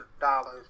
dollars